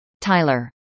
Tyler